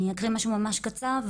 אני אקריא משהו ממש קצר,